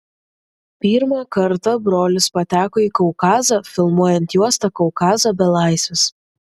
pirmą kartą brolis pateko į kaukazą filmuojant juostą kaukazo belaisvis